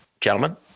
Gentlemen